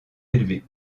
élevé